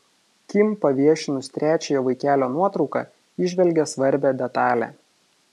kim paviešinus trečiojo vaikelio nuotrauką įžvelgė svarbią detalę